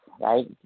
right